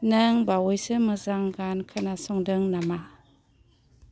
नों बावैसो मोजां गान खोनासंदों नामा